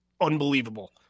unbelievable